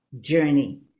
journey